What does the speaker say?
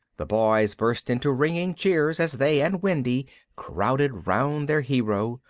the boys burst into ringing cheers as they and wendy crowded round their hero,